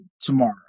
tomorrow